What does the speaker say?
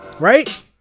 Right